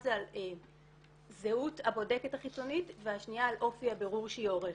זה זהות הבודקת החיצונית והשנייה על אופי הבירור שהיא עורכת.